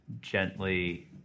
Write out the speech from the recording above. gently